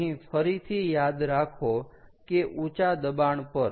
અહીં ફરીથી યાદ રાખો કે ઊંચા દબાણ પર